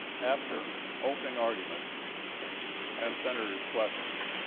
after opening arguments and senators questions.